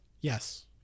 Yes